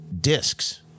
discs